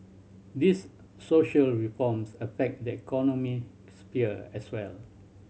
these social reforms affect the economic sphere as well